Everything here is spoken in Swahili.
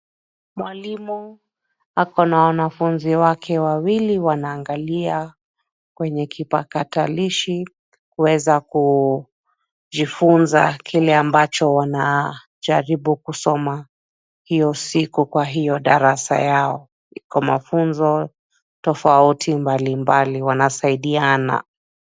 Mwalimu ako na wanafunzi wake wawili wanaangalia kwenye kipakatakalishi, kuweza kujifunza kile ambacho wanajaribu kusoma hiyo siku kwa hiyo darasa yao, kwa mafunzo tofauti mbalimbali wanasaidiana.